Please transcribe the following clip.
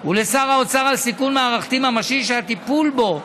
ולשר האוצר על סיכון מערכתי ממשי שהטיפול בו